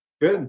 Good